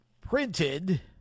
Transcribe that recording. printed